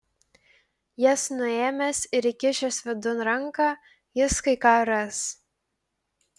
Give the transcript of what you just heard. jas nuėmęs ir įkišęs vidun ranką jis kai ką ras